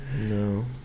No